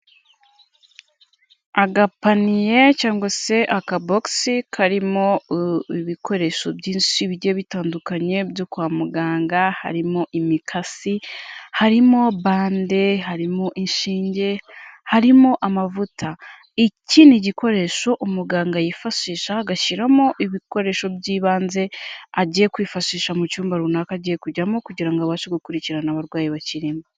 Agapaniye cyangwa se akabogisi karimo ibikoresho byinshi bigiye bitandukanye byo kwa muganga. Harimo imikasi, harimo bande, harimo inshinge, harimo amavuta. Iki n'igikoresho umuganga yifashisha agashyiramo ibikoresho by'ibanze agiye kwifashisha mu cyumba runaka agiye kujyamo kugira ngo abashe gukurikirana abarwayi bakirimo.